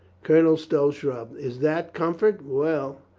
colonel stow shrugged. is that comfort. well.